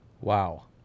Wow